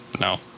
No